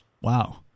Wow